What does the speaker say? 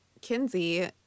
Kinsey